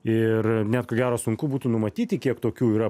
ir net ko gero sunku būtų numatyti kiek tokių yra